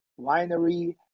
winery